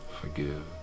forgive